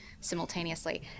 simultaneously